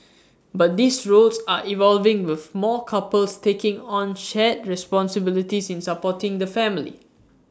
but these roles are evolving with more couples taking on shared responsibilities in supporting the family